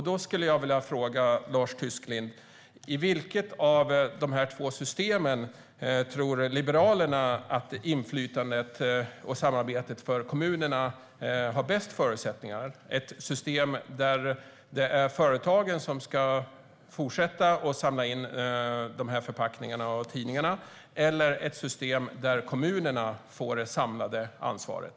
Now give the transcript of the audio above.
Då skulle jag vilja fråga Lars Tysklind: I vilket av de två systemen tror Liberalerna att inflytandet och samarbetet för kommunerna har bäst förutsättningar, ett system där företagen fortsätter att samla in förpackningarna och tidningarna eller ett system där kommunerna får det samlade ansvaret?